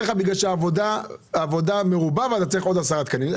לך כי העבודה מרובה ואתה צריך עוד 10 תקנים?